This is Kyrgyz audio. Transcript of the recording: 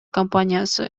компаниясы